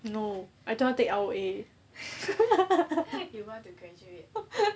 no I don't want take lah